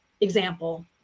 example